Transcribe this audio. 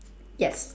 yes